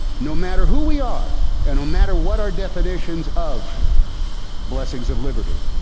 no matter who we are and no matter what our definitions of blessings of liberty,